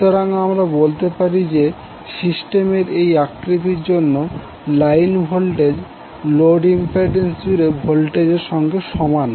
সুতরাং আমরা বলতে পারি যে সিস্টেমের এই আকৃতির জন্য লাইন ভোল্টেজ লোড ইম্পিড্যান্স জুড়ে ভোল্টেজের সঙ্গে সমান